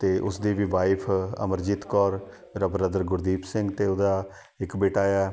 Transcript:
ਅਤੇ ਉਸ ਦੀ ਵੀ ਵਾਈਫ ਅਮਰਜੀਤ ਕੌਰ ਮੇਰਾ ਬ੍ਰਦਰ ਗੁਰਦੀਪ ਸਿੰਘ ਅਤੇ ਉਹਦਾ ਇੱਕ ਬੇਟਾ ਹੈ